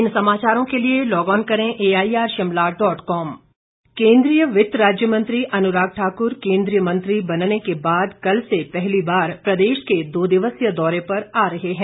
अनुराग ठाकुर केन्द्रीय वित्त राज्य मंत्री अनुराग ठाकुर केन्द्रीय मंत्री बनने के बाद कल से पहली बार प्रदेश के दो दिवसीय दौरे पर आ रहे हैं